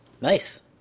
Nice